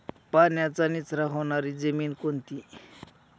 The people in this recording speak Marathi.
पाण्याचा निचरा होणारी जमीन कोणती?